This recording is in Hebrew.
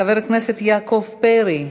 חבר הכנסת יעקב פרי.